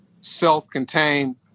self-contained